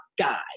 guy